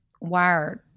wired